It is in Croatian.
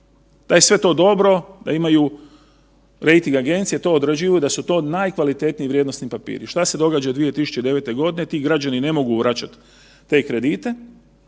da je sve to dobro, da imaju rejting agencije to određivaju da su to najkvalitetniji vrijednosni papiri. Šta se događa 2009. godine? Ti građani ne mogu vraćati te kredite,